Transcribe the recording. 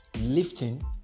lifting